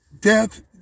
death